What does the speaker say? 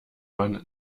man